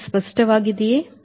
ಇದು ಸ್ಪಷ್ಟವಾಗಿದೆಯೇ